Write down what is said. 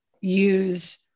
use